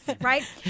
right